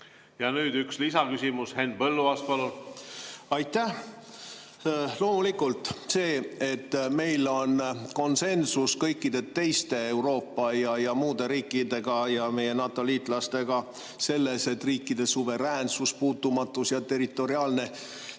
Nüüd üks lisaküsimus. Henn Põlluaas, palun! Aitäh! Loomulikult, meil on konsensus kõikide teiste Euroopa ja muude riikidega ja meie NATO‑liitlastega selles, et riikide suveräänsust, puutumatust ja territoriaalset